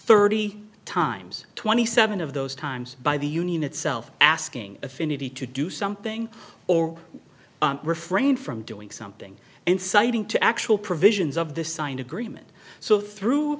thirty times twenty seven of those times by the union itself asking affinity to do something or refrain from doing something and citing to actual provisions of the signed agreement so through